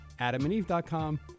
AdamandEve.com